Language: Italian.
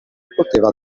poteva